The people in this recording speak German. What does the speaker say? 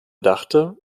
dachte